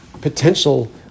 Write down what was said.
potential